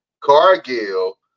Cargill